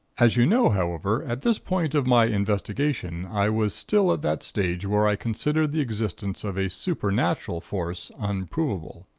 as you know, however, at this point of my investigation, i was still at that stage where i considered the existence of a supernatural force unproven.